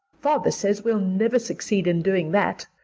father says we'll never succeed in doing that.